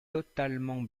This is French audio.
totalement